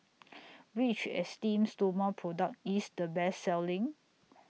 Which Esteem Stoma Product IS The Best Selling